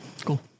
Cool